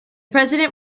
president